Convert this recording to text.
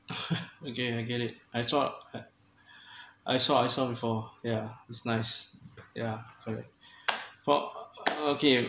okay I get it I saw I saw I saw before yeah it's nice yeah correct for uh okay